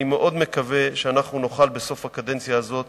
אני מאוד מקווה שנוכל בסוף הקדנציה הזאת